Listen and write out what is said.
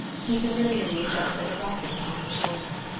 he familiarly adjusted a ruffle upon her shoulder.